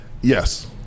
Yes